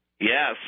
Yes